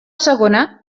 segona